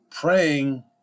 praying